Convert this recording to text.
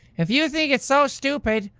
if you think it's so stupid,